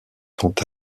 quant